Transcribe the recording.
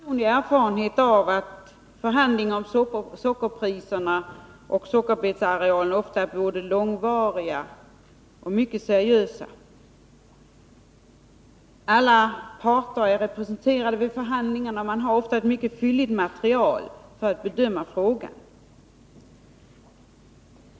Herr talman! Jag har personlig erfarenhet av att förhandlingar om sockerpriserna och om sockerbetsarealen ofta är långvariga och mycket seriösa. Alla parter är representerade vid förhandlingarna, och man har ofta ett mycket fylligt material för att bedöma frågorna.